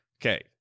Okay